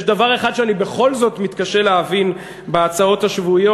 יש דבר אחד שאני בכל זאת מתקשה להבין בהצעות השבועיות,